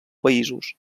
països